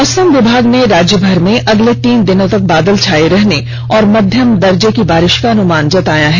मौसम विभाग ने राज्यभर में अगले तीन दिनों तक बादल छाये रहने और मध्यम दर्जे की बारिष का अनुमान जताया है